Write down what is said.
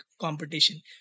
competition